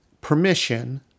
permission